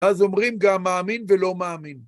אז אומרים גם מאמין ולא מאמין.